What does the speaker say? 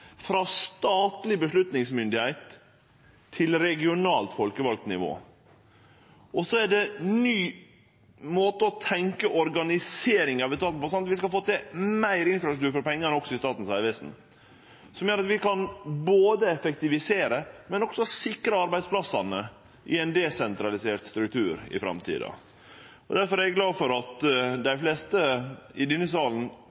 frå statleg avgjerdsmyndigheit til regionalt folkevalt nivå. Det er ein ny måte å tenkje organisering av etaten på. Vi skal få til meir infrastruktur for pengane også i Statens vegvesen, noko som gjer at vi kan effektivisere og også sikre arbeidsplassane i ein desentralisert struktur i framtida. Difor er eg glad for at dei fleste i denne salen